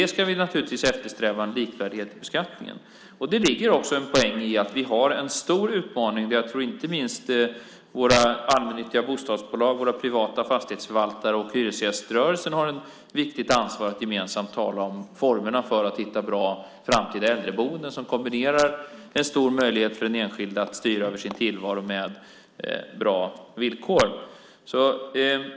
Naturligtvis ska vi eftersträva en likvärdighet i beskattningen. Det ligger också en poäng i att vi har en stor utmaning. Inte minst våra allmännyttiga bostadsbolag, våra privata fastighetsförvaltare och hyresgäströrelsen har ett viktigt ansvar för att gemensamt tala om formerna för att hitta bra framtida äldreboenden som kombinerar en stor möjlighet för den enskilde att styra över sin tillvaro med bra villkor.